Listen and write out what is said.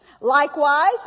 Likewise